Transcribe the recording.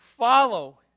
follow